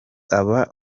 aba